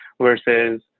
versus